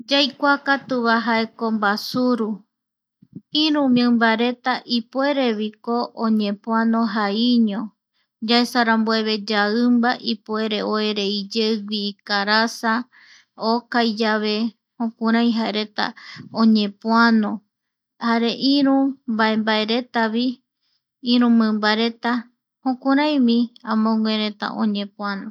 Yaikua katuvae jaeko mbasuru, iru mimbareta ipuereviko oñepoano jaiño yaesa rambueve, yaimba ipuere oere iyeugui ikarasa okai yave jokurai jae reta oñepoano jare iru mbae, mbaereta vi iru mimbareta vjokurai jukuraivi amoguereta oñeapoano.